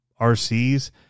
RCs